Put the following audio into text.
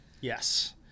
Yes